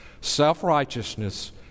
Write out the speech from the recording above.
Self-righteousness